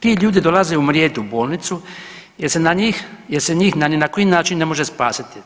Ti ljudi dolaze umrijeti u bolnicu jer se na njih, jer njih ni na koji način ne može spasiti.